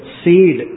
seed